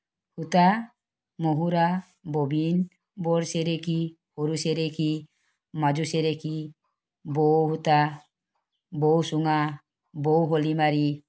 সূতা মহুৰা ববিন বৰ চেৰেকী সৰু চেৰেকী মাজু চেৰেকী বও সূতা বও চুঙা বও শলিমাৰী